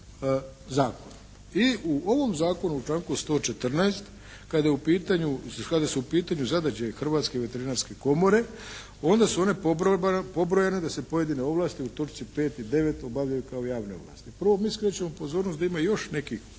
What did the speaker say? I u ovom zakonu u članku 114. kada je u pitanju, kada su u pitanju zadaće Hrvatske veterinarske komore onda su one pobrojane da se pojedine ovlasti u točci 5. i 9. obavljaju kao javne ovlasti. Prvo mi skrećemo pozornost da ima još nekih